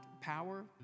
power